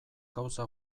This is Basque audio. gauza